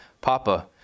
papa